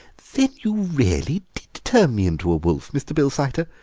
then you really did turn me into a wolf, mr. bilsiter?